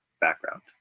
background